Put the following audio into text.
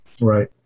right